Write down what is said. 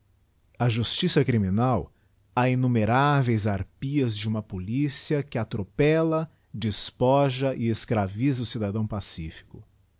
a justiça criminal a innumera veis harpias de uma polifeia que atropella despoja ç escravisa o cidadão pacifico